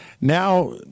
now